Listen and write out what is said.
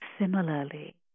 Similarly